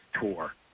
tour